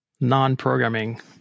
non-programming